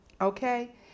okay